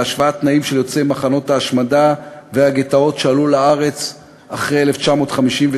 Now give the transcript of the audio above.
להשוואת תנאים של יוצאי מחנות ההשמדה והגטאות שעלו לארץ אחרי 1953,